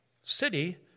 city